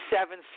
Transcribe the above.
seven